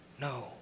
No